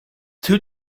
two